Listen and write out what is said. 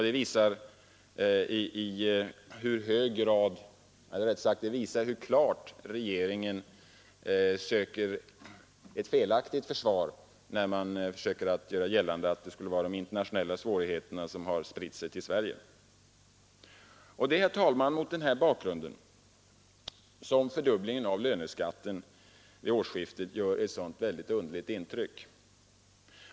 Det visar klart att regeringen söker ett felaktigt försvar när den försöker göra gällande att de internationella svårigheterna skulle ha spritt sig till Sverige. Mot denna bakgrund, herr talman, gör fördubblingen av löneskatten vid årsskiftet ett mycket underligt intryck.